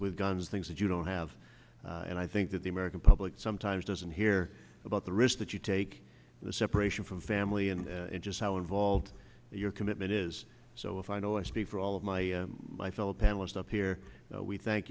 with guns things that you don't have and i think that the american public sometimes doesn't hear about the risk that you take the separation from family and just how involved your commitment is so if i know i speak for all of my my fellow panelists up here we thank